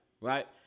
right